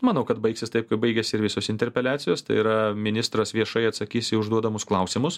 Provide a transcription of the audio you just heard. manau kad baigsis taip kaip baigiasi ir visos interpeliacijos tai yra ministras viešai atsakys į užduodamus klausimus